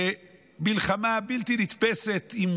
למלחמה בלתי נתפסת עם